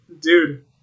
Dude